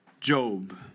Job